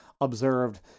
observed